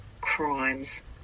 crimes